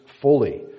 fully